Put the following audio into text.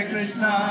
Krishna